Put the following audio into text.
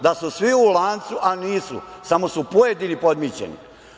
Da su svi u lancu, a nisu, samo su pojedini podmićeni.